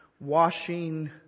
washing